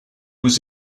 was